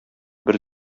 бер